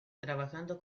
trabajando